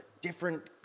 different